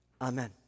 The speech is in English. Amen